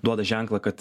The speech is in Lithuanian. duoda ženklą kad